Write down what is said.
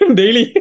daily